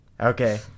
Okay